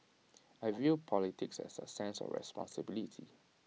I view politics as A sense of responsibility